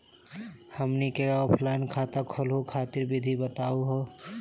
हमनी क ऑफलाइन खाता खोलहु खातिर विधि बताहु हो?